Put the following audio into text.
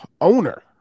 owner